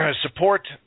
support